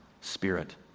spirit